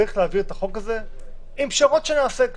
צריך להעביר את החוק הזה עם פשרות שנעשה כאן.